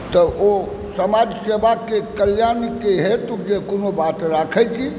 तऽ ओ समाजसेवाके कल्याणकेँ हेतु जे कोनो बात राखै छी